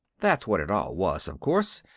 that's what it all was, of course,